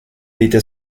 était